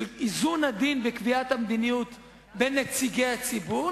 של איזון עדין בקביעת המדיניות בין נציגי הציבור,